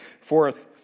Fourth